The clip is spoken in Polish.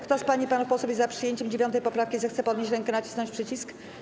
Kto z pań i panów posłów jest za przyjęciem 9. poprawki, zechce podnieść rękę i nacisnąć przycisk.